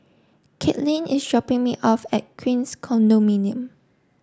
Katlin is hopping me off at Queens Condominium